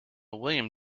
william